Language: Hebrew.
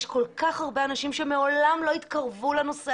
יש כל כך הרבה אנשים שמעולם לא התקרבו לנושא